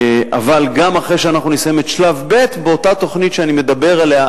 אבל גם אחרי שנסיים את שלב ב' באותה תוכנית שאני מדבר עליה,